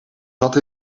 zat